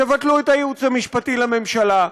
תבטלו את הייעוץ המשפטי לממשלה,